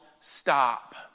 stop